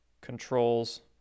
controls